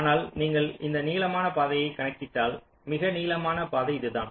ஆனால் நீங்கள் இந்த நீளமான பாதையை கணக்கிட்டால் மிக நீளமான பாதை இதுதான்